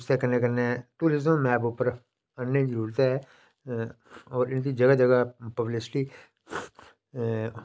उसदे कन्नै कन्नै टूरिज़म मैप उप्पर आह्नने दी जरूरत ऐ और इं'दी जगहै जगहै पवलिसिटी